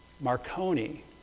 Marconi